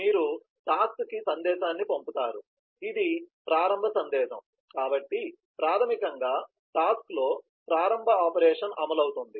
మీరు టాస్క్ కి సందేశాన్ని పంపుతారు ఇది ప్రారంభ సందేశం కాబట్టి ప్రాథమికంగా టాస్క్ లో ప్రారంభ ఆపరేషన్ అమలవుతుంది